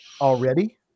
already